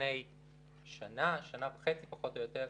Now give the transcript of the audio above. לפני שנה-שנה וחצי פחות או יותר,